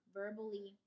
verbally